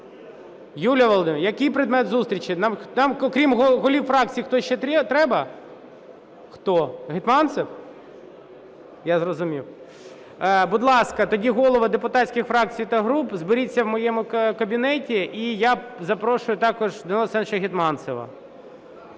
Юлія Володимирівна, який предмет зустрічі? Нам крім голів фракцій хтось ще треба? Хто? Гетманцев? Я зрозумів. Будь ласка, тоді, голови депутатських фракцій та груп, зберіться в моєму кабінеті, і я запрошую також Данила Олександровича Гетманцева.